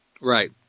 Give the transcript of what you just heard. Right